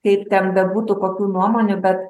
kaip ten bebūtų kokių nuomonių bet